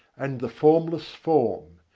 and the formless form.